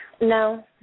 No